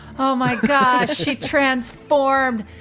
oh, my god, she transformed.